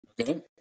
Okay